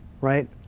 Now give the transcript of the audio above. right